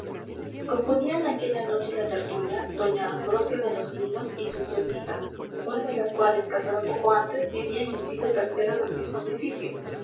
componían aquella noche la tertulia doña ambrosia de los linos y sus dos hijas una de las cuales casada poco antes vivía en el piso tercero del mismo edificio